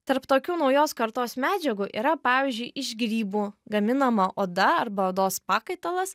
tarp tokių naujos kartos medžiagų yra pavyzdžiui iš grybų gaminama oda arba odos pakaitalas